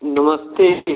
नमस्ते जी